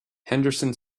henderson